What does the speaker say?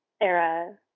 era